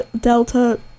Delta